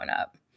up